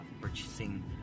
purchasing